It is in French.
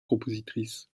compositrice